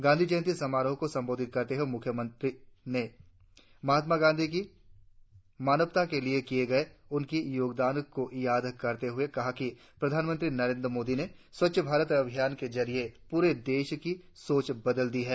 गांधी जयंति समारोह को संबोधित करते हुए मुख्यमंत्री ने महात्मा गांधी की मानवता का लिए किये गए उनकी योगदान को याद करते हुए कहा कि प्रधानमंत्री नरेंद्र मोदी ने स्वच्छ भारत अभियान के जरिए पूरे देश की सोच बदल दी है